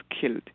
killed